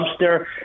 dumpster